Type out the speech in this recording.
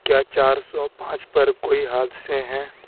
کیا چار سو پانچ پر کوئی حادثے ہیں